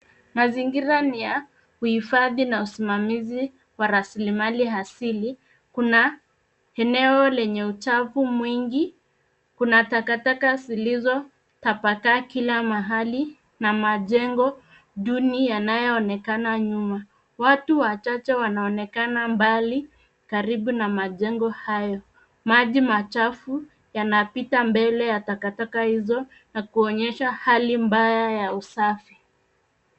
Mazingira ni ya kuhifadhi na usimamizi wa rasilimali asili. Kuna eneo lenye uchafu mingi. Kuna takataka zilizotapakaa kila mahali na majengo duni yanayoonekana nyuma. Watu wachache wanaonekana mbali, karibu na majengo hayo. Maji machafu yanapita mbele ya takataka hizo na kuonyesha hali mbaya ya usafi.